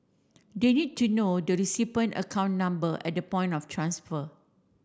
the need to know the recipient account number at the point of transfer